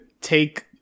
take